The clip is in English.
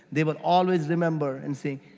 they will always remember and say,